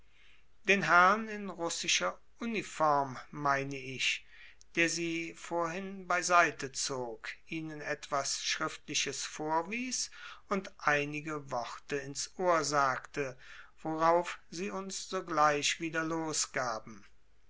den herrn in russischer uniform meine ich der sie vorhin beiseite zog ihnen etwas schriftliches vorwies und einige worte ins ohr sagte worauf sie uns sogleich wieder losgaben